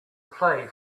play